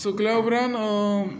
सुकल्या उपरान तें रेडी जाता